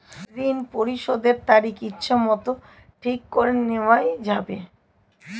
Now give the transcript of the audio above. ঋণ পরিশোধের তারিখ ইচ্ছামত ঠিক করে নেওয়া যাবে?